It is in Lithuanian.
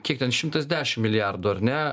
kiek ten šimtas dešim milijardų ar ne